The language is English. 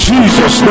Jesus